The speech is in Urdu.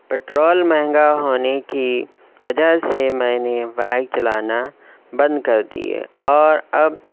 پٹرول مہنگا ہونے کی وجہ سے میں نے بائک چلانا بند کر دی ہے اور اب